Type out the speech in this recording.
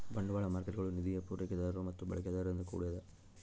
ಬಂಡವಾಳ ಮಾರ್ಕೇಟ್ಗುಳು ನಿಧಿಯ ಪೂರೈಕೆದಾರರು ಮತ್ತು ಬಳಕೆದಾರರಿಂದ ಕೂಡ್ಯದ